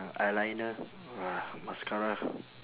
eyeliner uh mascara